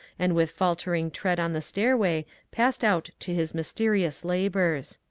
and with faltering tread on the stairway passed out to his mysterious labours.